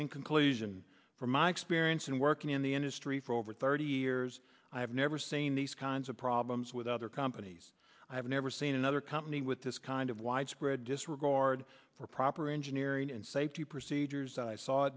and conclusion from my experience in working in the industry for over thirty years i have never seen these kinds of problems with other companies i have never seen another company with this kind of widespread disregard for proper engineering and safety procedures i saw